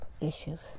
issues